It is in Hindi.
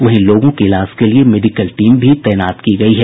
वहीं लोगों के इलाज के लिये मेडिकल टीम भी तैनात की गयी है